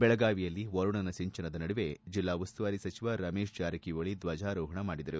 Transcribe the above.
ಬೆಳಗಾವಿಯಲ್ಲಿ ವರುಣನ ಸಿಂಚನದ ನಡುವೆ ಜಿಲ್ಲಾ ಉಸ್ತುವಾರಿ ಸಚಿವ ರಮೇಶ್ ಜಾರಕಿಹೊಳಿ ಧ್ವಜಾರೋಹಣ ಮಾಡಿದರು